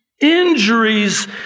injuries